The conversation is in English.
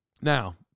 Now